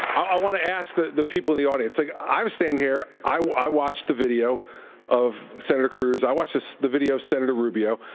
i want to ask the the people of the audience. like, i'm standing here, i i watched the video of senator cruz. i watched the video of senator rubio.